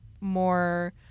more